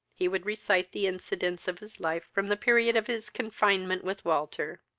he would recite the incidents of his life from the period of his confinement with walter.